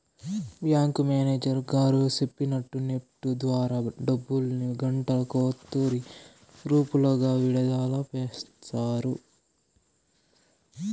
bank manager గారు సెప్పినట్టు NEFT ద్వారా డబ్బుల్ని గంటకో తూరి గ్రూపులుగా విడదల సేస్తారు